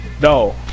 No